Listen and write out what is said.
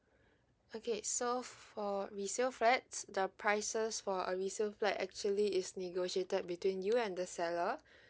okay so for resale flats the prices for a resale flat actually is negotiated between you and the seller